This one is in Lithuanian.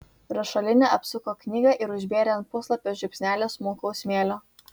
rašalinė apsuko knygą ir užbėrė ant puslapio žiupsnelį smulkaus smėlio